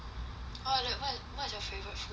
orh then what what's your favourite food